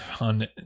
on